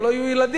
אם לא יהיו ילדים.